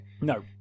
no